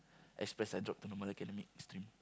express I drop to normal academic stream